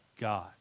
God